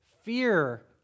fear